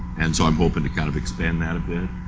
and so i'm hoping to kind of extend that a bit.